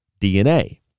DNA